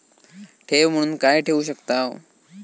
ठेव म्हणून काय ठेवू शकताव?